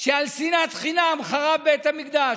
שעל שנאת חינם חרב בית המקדש,